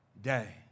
day